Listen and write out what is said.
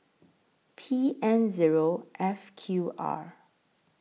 P N Zero F Q R